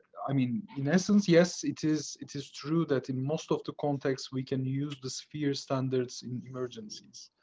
i mean, in essence, yes, it is. it is true that in most of the context, we can use the sphere standards in emergencies.